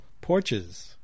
porches